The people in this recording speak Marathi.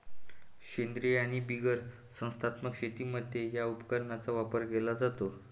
सेंद्रीय आणि बिगर संस्थात्मक शेतीमध्ये या उपकरणाचा वापर केला जातो